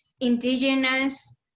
indigenous